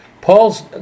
Paul's